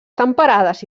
temperades